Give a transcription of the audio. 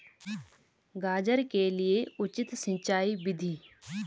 गाजर के लिए उचित सिंचाई विधि?